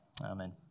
Amen